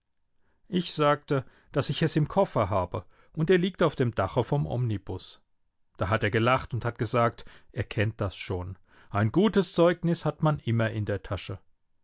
ich sagte daß ich es im koffer habe und er liegt auf dem dache vom omnibus da hat er gelacht und hat gesagt er kennt das schon ein gutes zeugnis hat man immer in der tasche